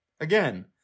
Again